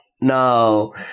no